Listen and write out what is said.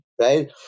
right